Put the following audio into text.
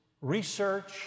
research